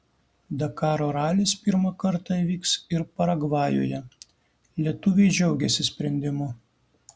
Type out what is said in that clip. dakaro ralis pirmą kartą vyks ir paragvajuje lietuviai džiaugiasi sprendimu